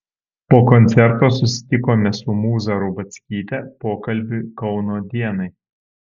po koncerto susitikome su mūza rubackyte pokalbiui kauno dienai